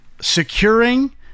securing